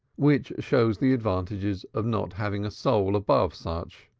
which shows the advantages of not having a soul above such.